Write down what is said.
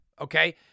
okay